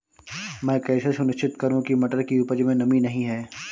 मैं कैसे सुनिश्चित करूँ की मटर की उपज में नमी नहीं है?